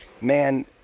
man